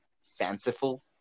fanciful